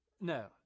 No